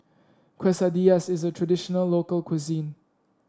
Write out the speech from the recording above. quesadillas is a traditional local cuisine